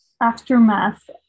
aftermath